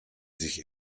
sich